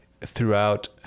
throughout